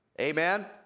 Amen